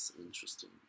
interesting